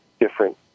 different